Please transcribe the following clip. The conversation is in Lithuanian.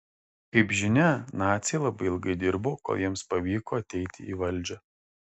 kaip žinia naciai labai ilgai dirbo kol jiems pavyko ateiti į valdžią